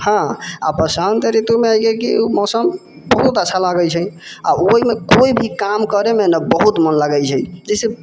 हँ आ बसन्त ऋतुमे हइ कि मौसम बहुत अच्छा लागै छै आ ओहिमे कोइ भी काम करैमे न बहुत मोन लागै छै जइसे